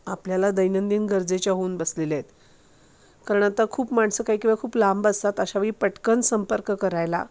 आपल्याला दैनंदिन गरजेच्या होऊन बसलेल्या आहेत कारण आता खूप माणसं काही काही वेळेला खूप लांब असतात अशावेळी पटकन संपर्क करायला